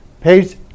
page